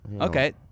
Okay